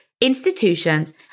institutions